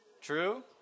True